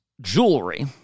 jewelry